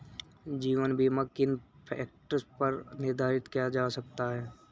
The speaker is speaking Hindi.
जीवन बीमा किन फ़ैक्टर्स पर निर्धारित किया जा सकता है?